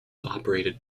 operated